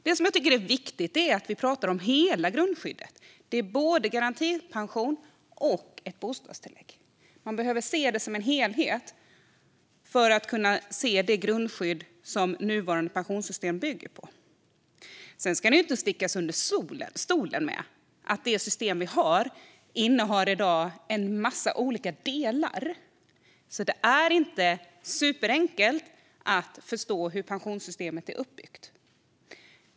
Det som är viktigt är att vi talar om hela grundskyddet. Det är både garantipension och ett bostadstillägg. Man behöver se det som en helhet för att kunna se det grundskydd som nuvarande pensionssystem bygger på. Sedan ska det inte stickas under stol med att det system vi har i dag innehåller en massa olika delar. Det är inte superenkelt att förstå hur pensionssystemet är uppbyggt.